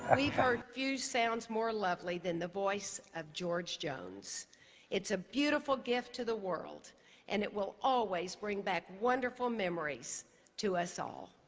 and we've heard few sounds more lovely than the voice of george jones it's a beautiful gift to the world and it will always bring back wonderful memories to us all